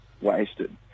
wasted